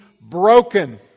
broken